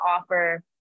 offer